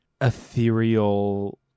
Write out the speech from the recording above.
ethereal